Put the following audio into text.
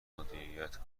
مدیریت